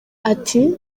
ati